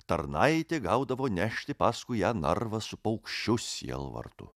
tarnaitė gaudavo nešti paskui ją narvą su paukščiu sielvartu